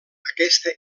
aquesta